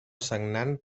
sagnant